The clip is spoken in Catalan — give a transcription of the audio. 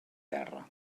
terra